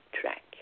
track